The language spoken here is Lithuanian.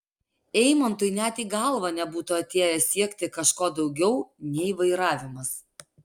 eimantui net į galvą nebūtų atėję siekti kažko daugiau nei vairavimas